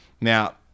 Now